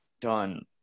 done